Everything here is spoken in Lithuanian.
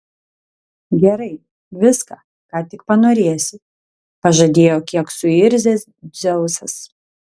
gerai viską ką tik panorėsi pažadėjo kiek suirzęs dzeusas